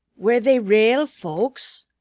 were they rale folks?